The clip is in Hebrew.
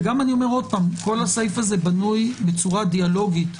ושוב כל הסעיף הזה בנוי בצורה דיאלוגית.